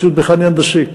ציוד מכני הנדסי.